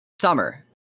summer